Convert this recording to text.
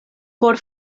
por